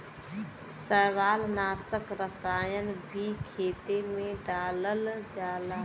शैवालनाशक रसायन भी खेते में डालल जाला